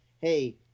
hey